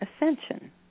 ascension